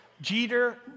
Jeter